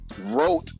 wrote